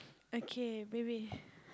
okay bring me